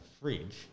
fridge